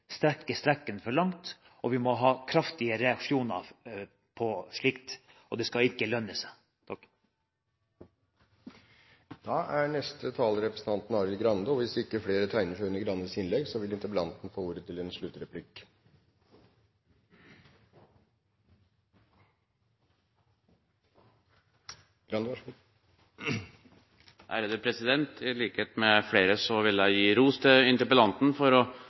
strekker strikken for langt. Og vi må ha kraftige reaksjoner på slikt – det skal ikke lønne seg. I likhet med flere vil jeg gi ros til interpellanten for